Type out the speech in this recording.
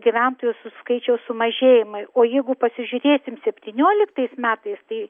gyventojų su skaičiaus sumažėjimui o jeigu pasižiūrėsim septynioliktais metais tai